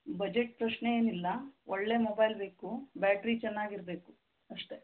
budget ಪ್ರಶ್ನೆ ಏನಿಲ್ಲ ಒಳ್ಳೆಯ ಮೊಬೈಲ್ ಬೇಕು ಬ್ಯಾಟ್ರಿ ಚೆನ್ನಾಗಿರ್ಬೇಕು ಅಷ್ಟೆ